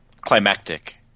climactic